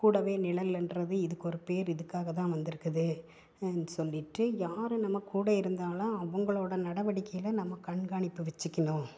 கூடவே நிழல்ன்றது இதுக்கு ஒரு பேர் இதுக்காக தான் வந்துருக்குது ஹானு சொல்லிட்டு யார் நம்ம கூட இருந்தாங்களோ அவங்களோடய நடவடிக்கையில் நம்ம கண்காணிப்பு வச்சிக்கிணும்